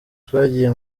twagiye